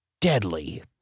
deadly